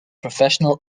professional